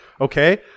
okay